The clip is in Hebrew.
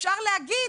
אפשר להגיד: